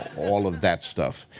all of that stuff.